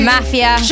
Mafia